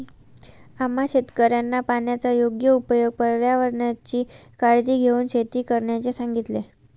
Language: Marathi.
आम्हा शेतकऱ्यांना पाण्याचा योग्य उपयोग, पर्यावरणाची काळजी घेऊन शेती करण्याचे सांगितले